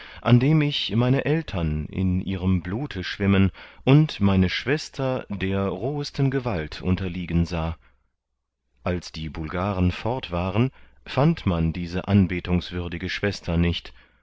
an dem ich meine aeltern in ihrem blute schwimmen und meine schwester der rohesten gewalt unterliegen sah als die bulgaren fort waren fand man diese anbetungswürdige schwester nicht